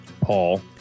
Paul